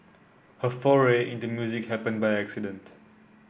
her foray into music happened by accident